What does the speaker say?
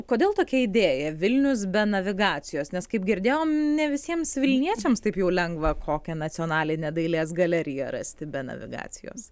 kodėl tokia idėja vilnius be navigacijos nes kaip girdėjom ne visiems vilniečiams taip jau lengva kokią nacionalinę dailės galeriją rasti be navigacijos